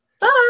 Bye